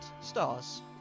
stars